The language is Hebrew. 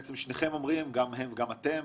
שניכם אומרים, גם הם וגם אתם,